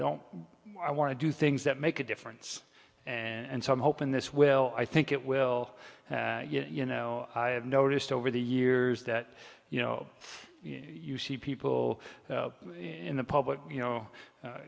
don't i want to do things that make a difference and so i'm hoping this will i think it will you know i have noticed over the years that you know people in the public you know